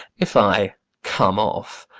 if i come off,